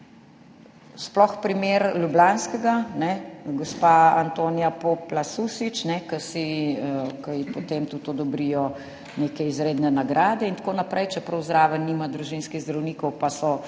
sploh primer ljubljanskega, gospa Antonija Poplas Susič, ki ji potem tudi odobrijo neke izredne nagrade in tako naprej, čeprav zraven nima družinskih zdravnikov pa so ljudje